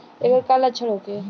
ऐकर का लक्षण होखे?